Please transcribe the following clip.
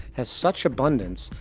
has such abundance,